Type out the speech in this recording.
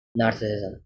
narcissism